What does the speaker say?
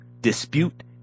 Dispute